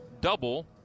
double